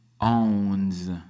owns